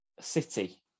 City